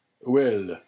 Well